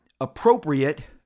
appropriate